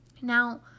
Now